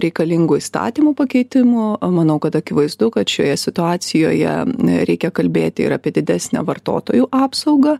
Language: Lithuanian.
reikalingų įstatymų pakeitimų o manau kad akivaizdu kad šioje situacijoje reikia kalbėti ir apie didesnę vartotojų apsaugą